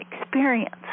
experience